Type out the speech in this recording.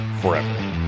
forever